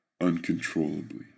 uncontrollably